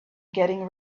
getting